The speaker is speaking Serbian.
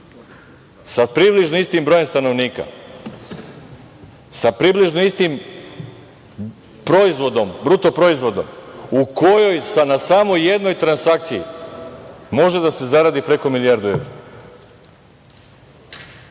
sa približno istim brojem stanovnika, sa približno istim proizvodom, bruto proizvodom, u kojoj na samo jednoj transakciji može da se zaradi preko milijardu